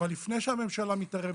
אבל לפני שהממשלה מתערבת,